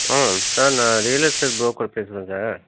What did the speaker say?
ம் சார் நான் real estate broker பேசுகிறேன் சார்